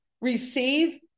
receive